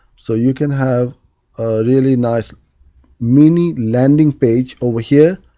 so you can have a really nice mini landing page over here,